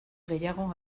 gehiago